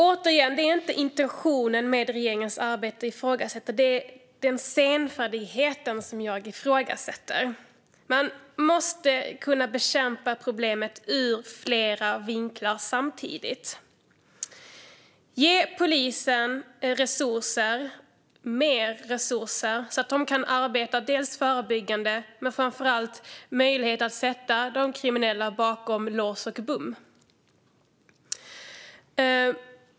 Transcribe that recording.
Återigen: Det är inte intentionen med regeringens arbete som jag ifrågasätter, utan det är senfärdigheten som jag ifrågasätter. Man måste kunna bekämpa problemet ur flera vinklar samtidigt. Ge polisen mer resurser så att de kan arbeta förebyggande, och ge dem framför allt möjlighet att sätta de kriminella bakom lås och bom!